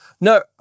No